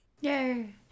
Yay